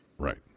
Right